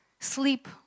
sleep